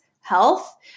health